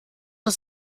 das